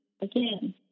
again